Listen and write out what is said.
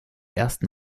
ersten